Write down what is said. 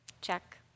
Check